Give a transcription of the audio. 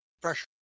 pressure